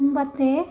മുമ്പത്തെ